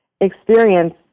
experience